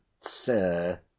sir